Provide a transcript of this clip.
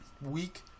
week